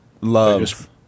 love